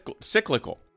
cyclical